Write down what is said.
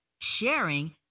sharing